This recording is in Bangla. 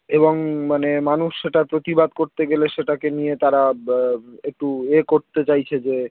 এবং মানে মানুষ সেটার প্রতিবাদ করতে গেলে সেটাকে নিয়ে তারা একটু এ করতে চাইছে যে